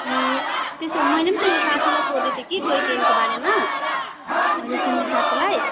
ए त्यसो भए मैले त यहाँ साथीलाई सोधेको थिएँ कि टोय ट्रेनको बारेमा मैले चिन्ने साथीलाई